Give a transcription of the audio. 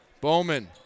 Bowman